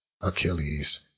achilles